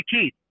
Keith